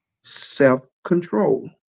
self-control